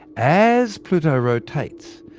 as pluto rotates,